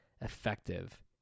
effective